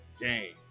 game